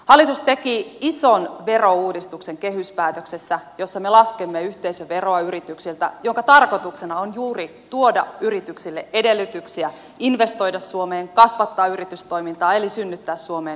hallitus teki ison verouudistuksen kehyspäätöksessä jossa me laskemme yhteisöveroa yrityksiltä minkä tarkoituksena on juuri tuoda yrityksille edellytyksiä investoida suomeen kasvattaa yritystoimintaa eli synnyttää suomeen uusia työpaikkoja